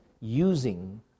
using